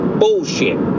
bullshit